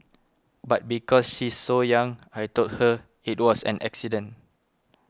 but because she's so young I told her it was an accident